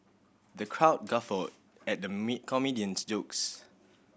the crowd guffawed at the me comedian's jokes